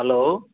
hello